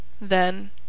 Then